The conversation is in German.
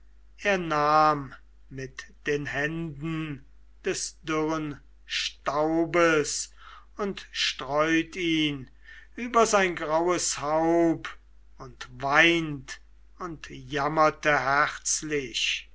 er nahm mit den händen des dürren staubes und streut ihn über sein graues haupt und weint und jammerte herzlich